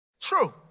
true